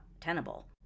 tenable